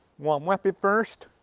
long weapon first.